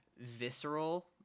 visceral